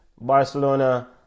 Barcelona